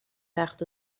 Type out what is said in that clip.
وقت